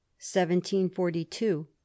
1742